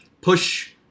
push